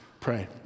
pray